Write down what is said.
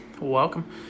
welcome